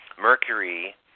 Mercury